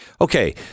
Okay